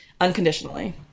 unconditionally